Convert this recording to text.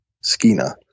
Skeena